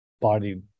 body